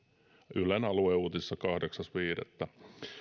ylen alueuutisissa kahdeksas viidettä